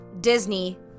Disney